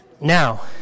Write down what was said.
Now